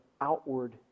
outward